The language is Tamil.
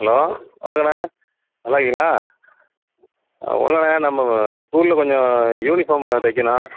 ஹலோ வணக்கங்ண்ணே நல்லாயிருக்கீங்களா ஒன்றும் இல்லைண்ணே நம்ம ஸ்கூலில் கொஞ்சம் யூனிஃபாம் தைக்கணும்